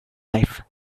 life